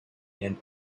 and